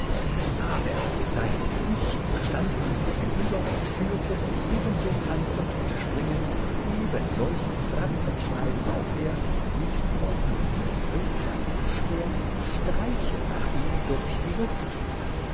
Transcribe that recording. aber sein ich stand ihm gegenüber und führte ebenso tanzend und springend ebensolche fratzen schneidend als er mit dem breiten hölzernen schwert streiche nach ihm durch die luft